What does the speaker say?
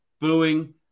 booing